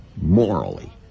morally